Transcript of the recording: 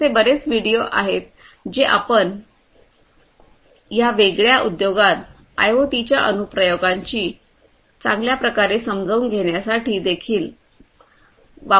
असे बरेच व्हिडिओ आहेत जे आपण या वेगळ्या उद्योगात आयओटीच्या अनुप्रयोगांची चांगल्या प्रकारे समजून घेण्यासाठी देखील वापरू शकता